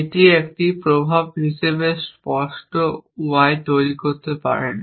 এটি একটি প্রভাব হিসাবে স্পষ্ট y তৈরি করতে পারে না